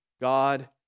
God